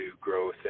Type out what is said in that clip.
growth